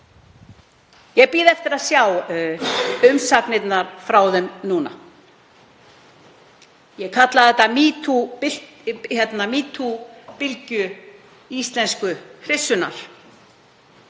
Ég bíð eftir að sjá umsagnirnar frá þeim núna. Ég kalla þetta metoo-bylgju íslensku hryssunnar